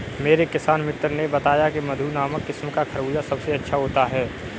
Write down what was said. मेरे किसान मित्र ने बताया की मधु नामक किस्म का खरबूजा सबसे अच्छा होता है